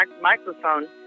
microphone